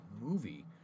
movie